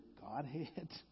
Godhead